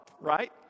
right